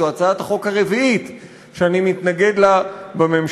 זו הצעת החוק הרביעית שאני מתנגד לה בכנסת.